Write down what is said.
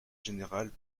général